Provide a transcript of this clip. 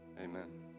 amen